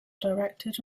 directed